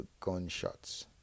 gunshots